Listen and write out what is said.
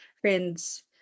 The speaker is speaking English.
friends